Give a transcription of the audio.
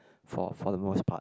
for for the most part